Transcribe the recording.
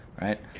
Right